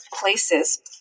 places